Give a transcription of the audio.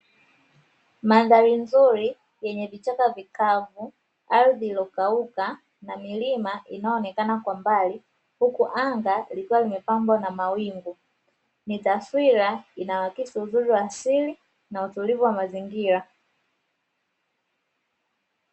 Mandhari nzuri yenye vichaka vikavu, ardhi iiyokauka na milima inayoonekana kwa mbali, huku anga likiwa limetandwa na mawingu ni taswira inayoakisi uzuri wa asili na utulivu wa mazingira.